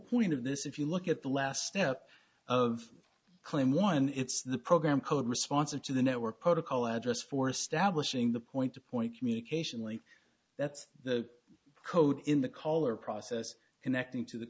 point of this if you look at the last step of claim one it's the program code responsive to the network protocol address for establishing the point to point communication late that's the code in the caller process connecting to the